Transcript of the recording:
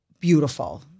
beautiful